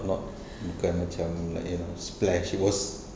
not bukan macam like yang splash it was